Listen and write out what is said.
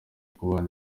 kubana